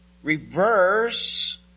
reverse